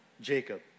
Jacob